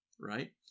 Right